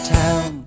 town